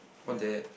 what that